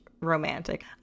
romantic